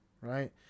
right